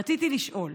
רצוני לשאול: